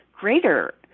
greater